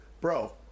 bro